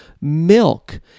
milk